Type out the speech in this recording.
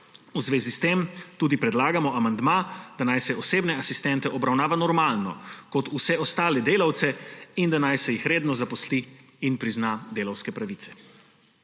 V zvezi s tem tudi predlagamo amandma, da naj se osebne asistente obravnava normalno kot vse ostale delavce in da naj se jih redno zaposli in prizna delavske pravice.